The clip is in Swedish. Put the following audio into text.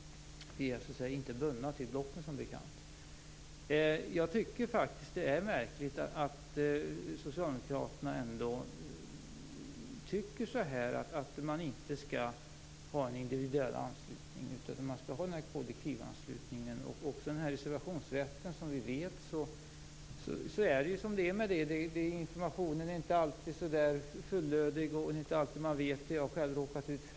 Vi är inte bundna till blocken, som bekant. Det är faktiskt märkligt att socialdemokraterna inte tycker att det skall vara en individuell anslutning, utan vill ha kollektivanslutning. Det är som det är med reservationsrätten. Informationen är inte alltid så fullödig. Det är inte alltid man vet att man har en försäkring. Jag har själv råkat ut för det.